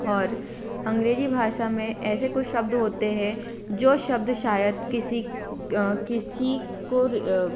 और अंग्रेज़ी भाषा में ऐसे कुछ शब्द होते हैं जो शब्द शायद किसी किसी को